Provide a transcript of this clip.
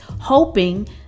hoping